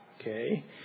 Okay